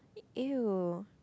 !eww!